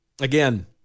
Again